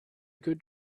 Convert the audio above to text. good